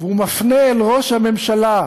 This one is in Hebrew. והוא מפנה, לראש הממשלה,